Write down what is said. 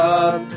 up